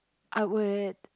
I would